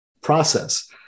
process